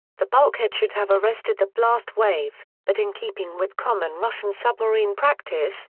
the bulkhead should have arrested the blast wave, but in keeping with common russian submarine practice,